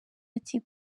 ati